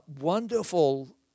wonderful